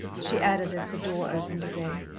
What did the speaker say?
she added, as the door opened again.